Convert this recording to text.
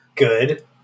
good